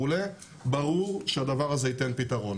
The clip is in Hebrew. ברור שהדבר הזה ייתן פיתרון.